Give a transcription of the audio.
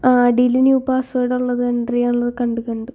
ആ ഡിജി new password ഉള്ളത് എൻ്റർ ചെയ്യാൻ ഉള്ളത് കണ്ട് കണ്ട്